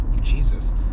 jesus